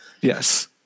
Yes